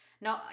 no